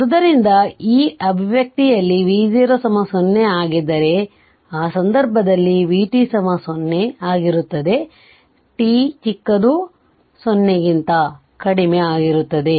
ಆದ್ದರಿಂದ ಈ ಅಭಿವ್ಯಕ್ತಿಯಲ್ಲಿ V0 0 ಆಗಿದ್ದರೆ ಆ ಸಂದರ್ಭದಲ್ಲಿ V 0 ಆಗಿರುತ್ತದೆ t 0 ಕ್ಕಿಂತ ಕಡಿಮೆ ಆಗಿರುತ್ತದೆ